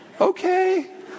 Okay